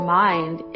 mind